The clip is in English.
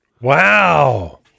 Wow